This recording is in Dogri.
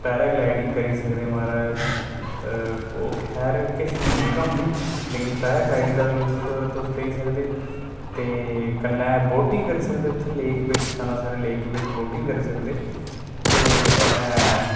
पैराग्लाइडिंग करी सकदे महाराज ओह् खैर किश म्हीने गै होंदी लेकिन पैराग्लाइडिंग दा लुत्फ तुस लेई सकदे ते कन्नै बोटिंग करी सकदे उत्थें लेक बिच्च सनासर लेक बिच्च बोटिंग करी सकदे ते कन्नै